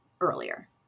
earlier